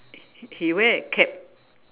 he wear a cap